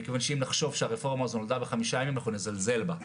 מכיוון שאם נחשוב שהרפורמה הזו נולדה בחמישה ימים אנחנו נזלזל בה.